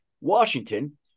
Washington